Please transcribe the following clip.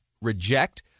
reject